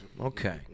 Okay